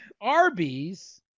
Arby's